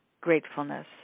gratefulness